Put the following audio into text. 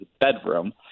bedroom